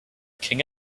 king